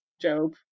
Job